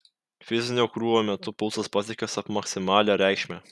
fizinio krūvio metu pulsas pasiekė submaksimalią reikšmę